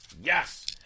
Yes